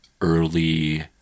early